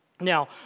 Now